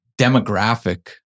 demographic